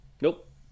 Nope